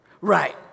Right